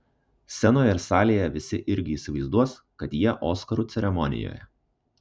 scenoje ir salėje visi irgi įsivaizduos kad jie oskarų ceremonijoje